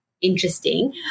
interesting